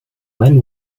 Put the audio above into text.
men